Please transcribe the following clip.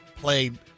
played